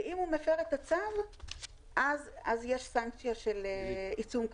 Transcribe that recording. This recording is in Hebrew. ואם הוא מפר את הצו אז יש סנקציה של עיצום כספי.